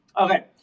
okay